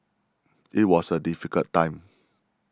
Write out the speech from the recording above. it was a difficult time